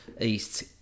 East